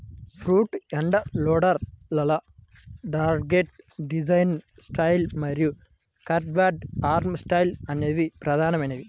front end loader లలో dogleg design style మరియు curved arm style అనేవి ప్రధానమైనవి